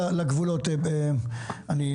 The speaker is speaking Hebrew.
המחקרים חשובים, וחשוב להבטיח את התפוקה החקלאית.